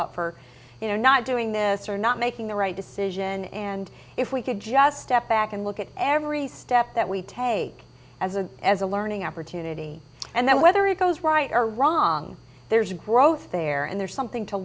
up for it or not doing this or not making the right decision and if we could just step back and look at every step that we take as a as a learning opportunity and that whether it goes right or wrong there's a growth there and there's something to